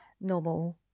normal